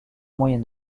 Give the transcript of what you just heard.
moyen